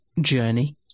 journey